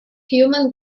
human